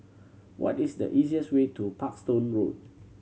what is the easiest way to Parkstone Road